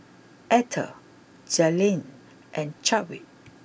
Eathel Jalynn and Chadwick